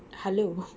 hello